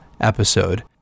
episode